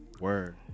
Word